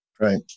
Right